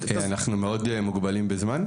אנחנו מאוד מוגבלים בזמן?